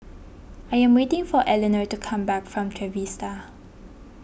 I am waiting for Elenor to come back from Trevista